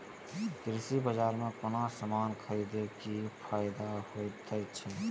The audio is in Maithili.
कृषि बाजार में कोनो सामान खरीदे के कि फायदा होयत छै?